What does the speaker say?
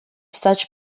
such